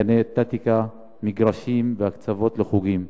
מתקני אתלטיקה, מגרשים והקצבות לחוגים,